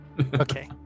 Okay